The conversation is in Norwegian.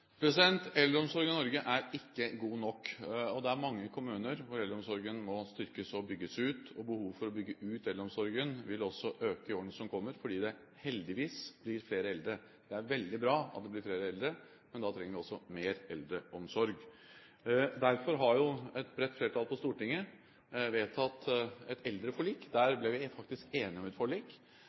Eldreomsorgen i Norge er ikke god nok, og det er mange kommuner hvor eldreomsorgen må styrkes og bygges ut. Behovet for å bygge ut eldreomsorgen vil også øke i årene som kommer, fordi det heldigvis blir flere eldre. Det er veldig bra at det blir flere eldre, men da trenger vi også mer eldreomsorg. Derfor har jo et bredt flertall på Stortinget vedtatt et eldreforlik. Der ble vi faktisk enige om et forlik